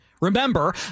Remember